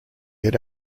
had